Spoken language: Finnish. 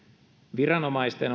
viranomaisten